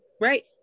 right